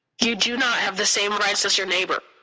you do not have the same rights as your neighbor.